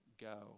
go